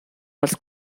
els